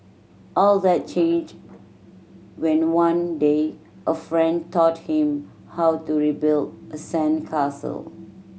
all that changed when one day a friend taught him how to rebuild a sandcastle